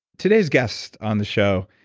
today's guest on the show,